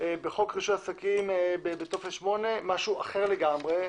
בחוק רישוי עסקים, בטופס 8, יש משהו אחר לגמרי,